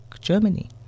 Germany